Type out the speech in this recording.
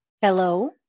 hello